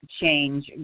change